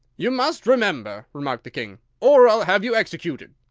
you must remember, remarked the king, or i'll have you executed.